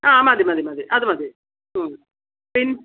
ആ മതിമതിമതി അത് മതി പിന്നെ